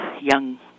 young